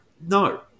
no